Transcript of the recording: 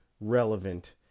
Relevant